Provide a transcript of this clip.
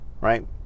Right